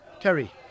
Terry